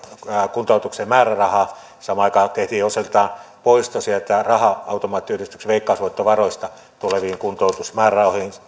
kuntoutukseen määrärahaa samaan aikaan tehtiin osiltaan poisto raha automaattiyhdistyksen veikkausvoittorahoista tuleviin kuntoutusmäärärahoihin